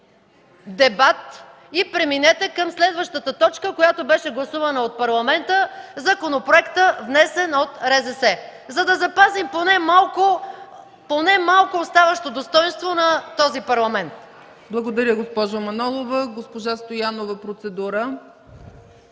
дебат и преминете към следващата точка, която беше гласувана от Парламента – законопроектът, внесен от РЗС, за да запазим поне малко оставащото достойнство на този Парламент! ПРЕДСЕДАТЕЛ ЦЕЦКА ЦАЧЕВА: Благодаря, госпожо Манолова. Госпожа Стоянова – процедура.